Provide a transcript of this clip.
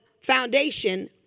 foundation